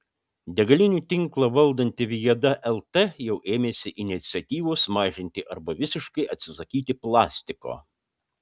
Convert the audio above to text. degalinių tinklą valdanti viada lt jau ėmėsi iniciatyvos mažinti arba visiškai atsisakyti plastiko